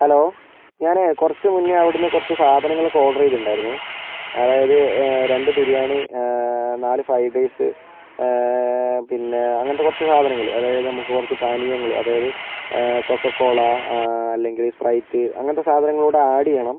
hello ഞാൻ കുറച്ച് മുൻപേ അവിടെ നിന്ന് കുറച്ച് സാധനങ്ങളൊക്കെ ഓർഡർ ചെയ്തിട്ടുണ്ടായിരുന്നു അതായത് രണ്ട് ബിരിയാണി നാല് ഫ്രൈഡ് റൈസ് പിന്നെ അങ്ങനത്തെ കുറച്ച് സാധനങ്ങൾ അതായത് നമുക്ക് കുറച്ച് പാനീയങ്ങൾ അതായത് കൊക്കോകോള അല്ലെങ്കിൽ സ്പ്രൈറ്റ് അങ്ങനത്തെ സാധനങ്ങൾ കൂടി ആഡ് ചെയ്യണം